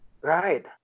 Right